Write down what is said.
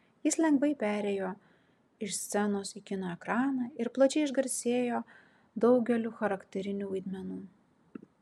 jis lengvai perėjo iš scenos į kino ekraną ir plačiai išgarsėjo daugeliu charakterinių vaidmenų